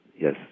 yes